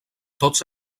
tots